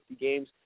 games